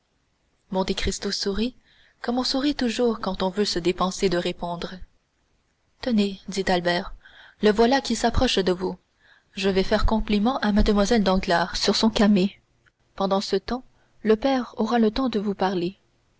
pays monte cristo sourit comme on sourit toujours quand on veut se dispenser de répondre tenez dit albert le voilà qui s'approche de vous je vais faire compliment à mlle danglars sur son camée pendant ce temps le père aura le temps de vous parler